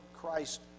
Christ